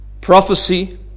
Prophecy